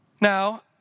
Now